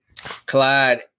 Clyde